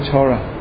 Torah